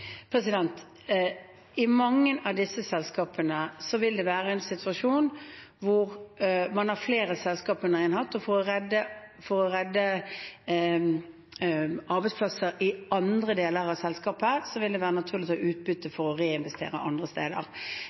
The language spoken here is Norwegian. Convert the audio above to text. I mange av disse selskapene vil det være en situasjon hvor man har flere selskaper under én hatt, og for å redde arbeidsplasser i andre deler av selskapet vil det være naturlig å ta utbytte for å reinvestere andre steder.